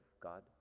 God